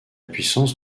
puissance